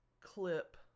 clip